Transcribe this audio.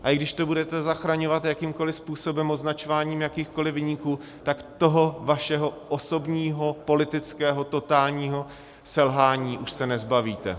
A i když to budete zachraňovat jakýmkoliv způsobem, označováním jakýchkoliv viníků, tak toho svého osobního politického totálního selhání už se nezbavíte.